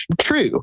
True